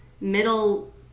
middle